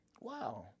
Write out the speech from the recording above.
wow